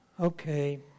Okay